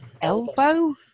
Elbow